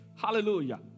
hallelujah